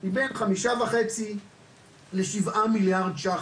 היא בין חמישה וחצי מיליארד ₪ לשבעה מיליארד ₪